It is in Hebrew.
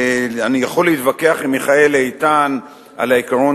אני יכול להתווכח עם מיכאל איתן על העיקרון